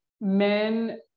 men